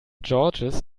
george’s